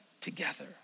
together